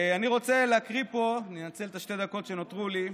אני אנצל את שתי הדקות שנותרו לי.